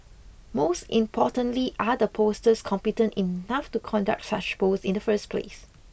most importantly are the pollsters competent enough to conduct such polls in the first place